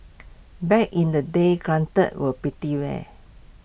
back in the day granted were pretty rare